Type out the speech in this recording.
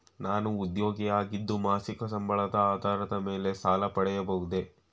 ನಾನು ಉದ್ಯೋಗಿ ಆಗಿದ್ದು ಮಾಸಿಕ ಸಂಬಳದ ಆಧಾರದ ಮೇಲೆ ಸಾಲ ಪಡೆಯಬಹುದೇ?